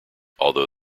although